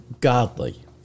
godly